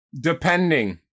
depending